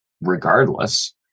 regardless